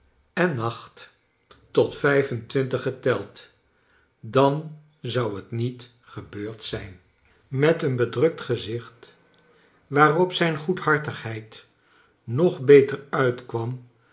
en kleine dorpit nacht tot vijfentwintig geteld dan zou het met gebeurd zijn met een bedrukt gezicht waarop zijn goedhartigheid nog beter uitkwam